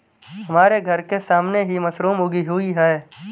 हमारे घर के सामने ही मशरूम उगी हुई है